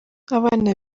abana